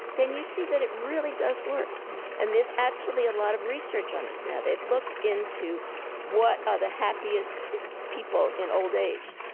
then you see that it really does work and there's actually a lot of research on this now. they've looked into what are the happiest people in old age.